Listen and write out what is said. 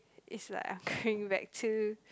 it's like I'm going back to